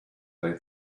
they